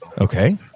Okay